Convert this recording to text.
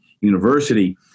University